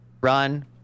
run